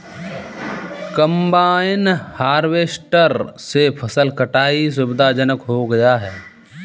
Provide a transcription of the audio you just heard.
combine harvester से फसल कटाई सुविधाजनक हो गया है